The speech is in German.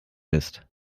bist